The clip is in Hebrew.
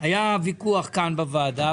היה ויכוח כאן בוועדה,